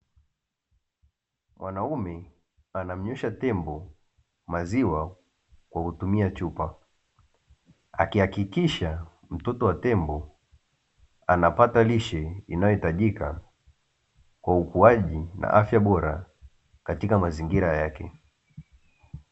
Mwanaume anamnywesha tembo maziwa kwa kutumia chupa akihakikisha mtoto wa tembo anapata lishe inayohitajika kwa ukuaji na afya bora katika mazingira yake.